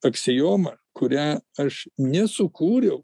aksiomą kurią aš nesukūriau